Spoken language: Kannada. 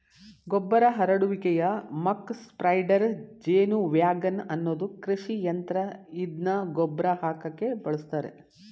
ಗೊಬ್ಬರ ಹರಡುವಿಕೆಯ ಮಕ್ ಸ್ಪ್ರೆಡರ್ ಜೇನುವ್ಯಾಗನ್ ಅನ್ನೋದು ಕೃಷಿಯಂತ್ರ ಇದ್ನ ಗೊಬ್ರ ಹಾಕಕೆ ಬಳುಸ್ತರೆ